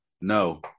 no